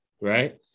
right